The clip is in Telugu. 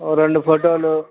ఒక రెండు ఫోటోలు